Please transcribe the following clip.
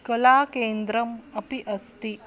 कलाकेन्द्रम् अपि अस्ति